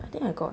I think I got